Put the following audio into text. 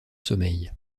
sommeil